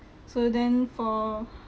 so then for